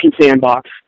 sandbox